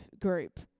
group